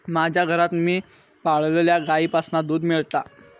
माज्या घरात मी पाळलल्या गाईंपासना दूध मेळता